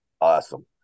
Awesome